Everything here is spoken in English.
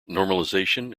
normalization